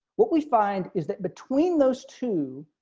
what we find is that between those two.